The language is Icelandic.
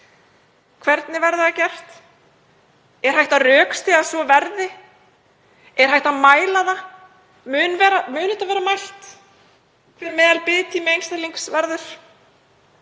Hvernig verður það gert? Er hægt að rökstyðja að svo verði? Er hægt að mæla það? Mun það verða mælt hver meðalbiðtími einstaklings er?